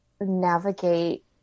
navigate